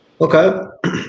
Okay